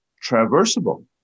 traversable